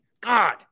God